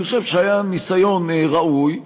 אני חושב שהיה ניסיון ראוי,